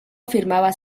afirmaba